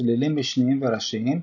סלילים משניים וראשיים,